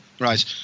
Right